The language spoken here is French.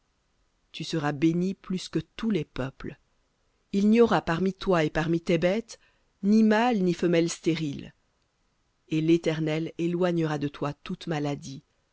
tu seras béni plus que tous les peuples il n'y aura parmi toi et parmi tes bêtes ni mâle ni femelle stérile et l'éternel éloignera de toi toute maladie